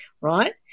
right